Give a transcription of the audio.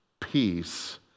Peace